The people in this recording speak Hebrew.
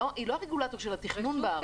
היא לא הרגולטור של התכנון בארץ.